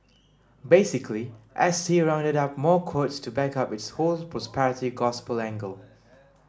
basically S T rounded up more quotes to back up its whole prosperity gospel angle